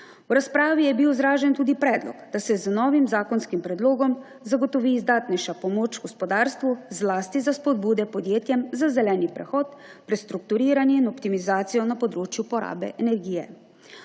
V razpravi je bil izražen tudi predlog, da se z novim zakonskim predlogom zagotovi izdatnejša pomoč gospodarstvu, zlasti za spodbude podjetjem za zeleni prehod, prestrukturiranje in optimizacijo na področju porabe energije.